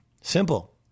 Simple